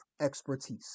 expertise